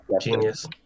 genius